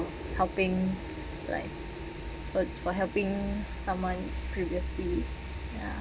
helping like fo~ for helping someone previously ya